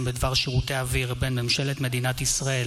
בדבר שירותי אוויר בין ממשלת מדינת ישראל